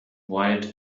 white